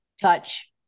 touch